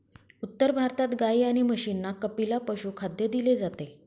उत्तर भारतात गाई आणि म्हशींना कपिला पशुखाद्य दिले जाते